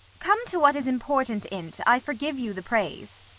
come to what is important in't i forgive you the praise.